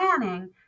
planning